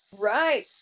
right